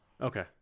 Okay